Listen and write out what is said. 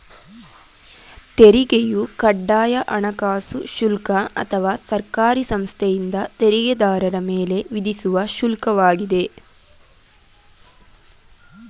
ತೆರಿಗೆಯು ಕಡ್ಡಾಯ ಹಣಕಾಸು ಶುಲ್ಕ ಅಥವಾ ಸರ್ಕಾರಿ ಸಂಸ್ಥೆಯಿಂದ ತೆರಿಗೆದಾರರ ಮೇಲೆ ವಿಧಿಸುವ ಶುಲ್ಕ ವಾಗಿದೆ